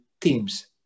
teams